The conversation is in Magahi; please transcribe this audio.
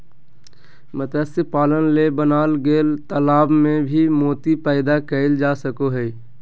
मत्स्य पालन ले बनाल गेल तालाब में भी मोती पैदा कइल जा सको हइ